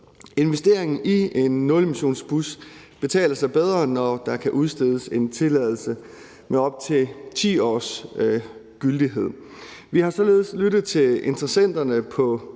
Investeringen i en nulemissionsbus betaler sig bedre, når der kan udstedes en tilladelse med op til 10 års gyldighed. Vi har således lyttet til interessenterne på